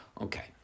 Okay